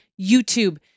YouTube